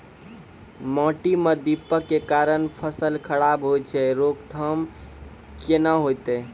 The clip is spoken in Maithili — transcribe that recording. माटी म दीमक के कारण फसल खराब होय छै, रोकथाम केना होतै?